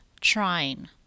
trying